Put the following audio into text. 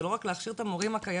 זה לא רק להכשיר את המורים הקיימים.